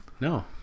no